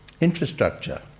infrastructure